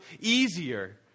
easier